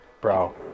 Bro